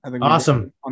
Awesome